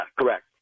correct